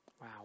Wow